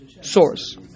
source